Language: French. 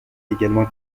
également